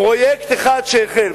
פרויקט אחד שהחל.